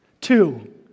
Two